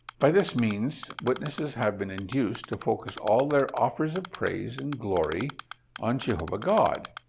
by this means, witnesses have been induced to focus all their offers of praise and glory on jehovah god.